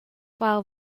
well